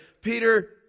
Peter